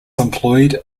employed